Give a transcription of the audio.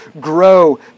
grow